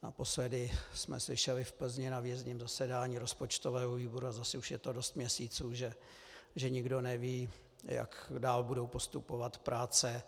Naposledy jsme slyšeli v Plzni na výjezdním zasedání rozpočtového výboru, ale zase už je to dost měsíců, že nikdo neví, jak dál budou postupovat práce.